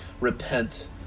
Repent